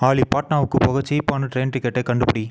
ஆலி பாட்னாவுக்குப் போக சீப்பான டிரெயின் டிக்கெட்டைக் கண்டுபிடி